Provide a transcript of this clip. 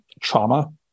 trauma